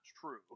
true